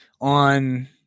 on